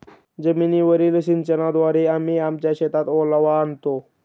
जमीनीवरील सिंचनाद्वारे आम्ही आमच्या शेतात ओलावा आणतो